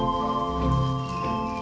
oh